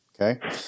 okay